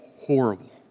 horrible